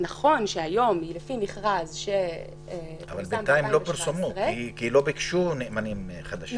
לפי מכרז --- אבל בינתיים לא פורסמו כי לא ביקשו נאמנים חדשים,